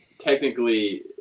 technically